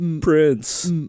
Prince